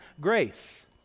grace